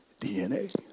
DNA